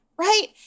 right